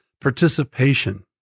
participation